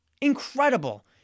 Incredible